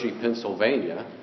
Pennsylvania